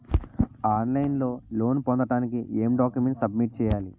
On line లో loan పొందటానికి ఎం డాక్యుమెంట్స్ సబ్మిట్ చేయాలి?